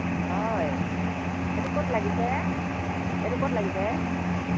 হয় এইটো ক'ত লাগিছে এইটো ক'ত লাগিছে